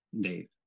Dave